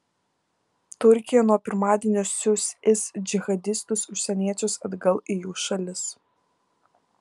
turkija nuo pirmadienio siųs is džihadistus užsieniečius atgal į jų šalis